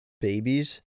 babies